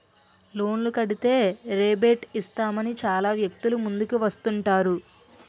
లోన్లు కడితే రేబేట్ ఇస్తామని చాలా వ్యక్తులు ముందుకు వస్తుంటారు